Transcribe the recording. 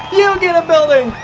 you get a building!